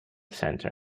centre